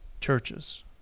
churches